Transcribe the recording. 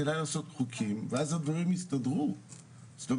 כדאי לעשות חוקים ואז הדברים יסתדרו ואז